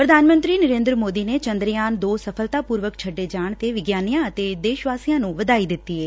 ਪੁਧਾਨ ਮੰਤਰੀ ਨਰੇਦਰ ਸੋਦੀ ਨੇ ਚੰਦਰਯਾਨ ਦੋ ਸਫਲਤਾਪੁਰਵਕ ਛੱਡੇ ਜਾਣ ਤੇ ਵਿਗਿਆਨੀਆਂ ਅਤੇ ਦੇਸ਼ ਵਾਸੀਆਂ ਨੂੰ ਵਧਾਈ ਦਿਂਤੀ ਏ